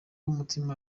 umutima